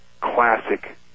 classic